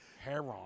Heron